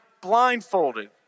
blindfolded